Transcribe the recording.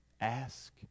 ask